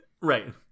Right